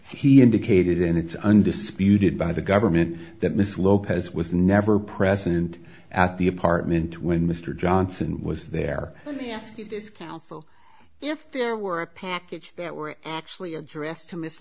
he indicated in its undisputed by the government that mrs lopez was never present at the apartment when mr johnson was there let me ask you this council if there were a package that were actually addressed to miss